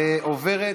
ועוברת